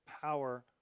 power